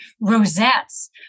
rosettes